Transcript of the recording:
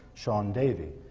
shaun davey,